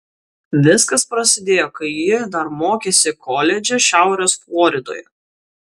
viskas prasidėjo kai ji dar mokėsi koledže šiaurės floridoje